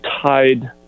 tied